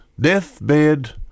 deathbed